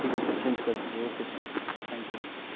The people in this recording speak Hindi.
ठीक है सर चेंज कर दीजिए ओके सर थैंक्यू